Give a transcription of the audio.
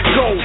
go